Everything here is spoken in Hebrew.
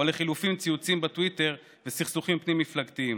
או לחלופין בציוצים בטוויטר ובסכסוכים פנים-מפלגתיים.